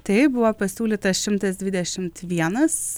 taip buvo pasiūlyta šimtas dvidešimt vienas